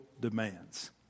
demands